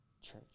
church